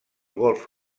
golf